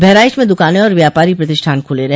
बहराइच में दुकाने और व्यापारी प्रतिष्ठान खुले रहे